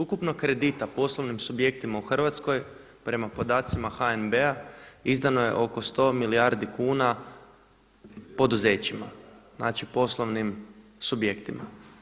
Ukupno kredita poslovnim subjektima u Hrvatskoj prema podacima HNB-a izdano je oko 100 milijardi kuna poduzećima, znači poslovnim subjektima.